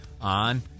on